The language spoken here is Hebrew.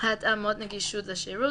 (התאמות נגישות לשירות),